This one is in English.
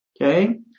Okay